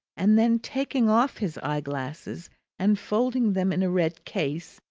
and then, taking off his eye-glasses and folding them in a red case,